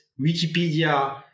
Wikipedia